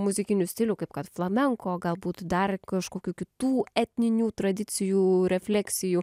muzikinių stilių kaip kad flamenko galbūt dar kažkokių kitų etninių tradicijų refleksijų